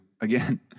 Again